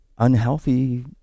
Unhealthy